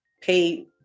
pay